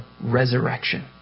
resurrection